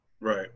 Right